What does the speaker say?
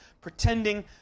pretending